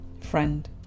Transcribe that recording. friend